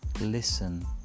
listen